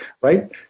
Right